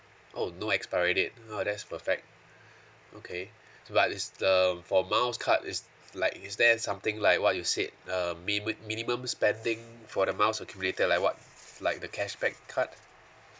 oh no expiry date oh that's perfect okay so but is the for miles card is like is there something like what you said uh min~ minimum spending for the miles accumulated like what like the cashback card